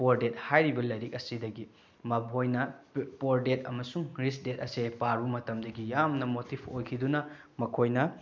poor ꯗꯦꯠ ꯍꯥꯏꯔꯤꯕ ꯂꯥꯏꯔꯤꯛ ꯑꯁꯤꯗꯒꯤ ꯃꯈꯣꯏꯅ ꯄꯣꯔ ꯗꯦꯠ ꯑꯃꯁꯨꯡ ꯔꯤꯁ ꯗꯦꯠ ꯑꯁꯦ ꯄꯥꯔꯨꯕ ꯃꯇꯝꯗꯒꯤ ꯌꯥꯝꯅ ꯃꯣꯇꯤꯞ ꯑꯣꯏꯈꯤꯗꯨꯅ ꯃꯈꯣꯏꯅ